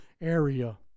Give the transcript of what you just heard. area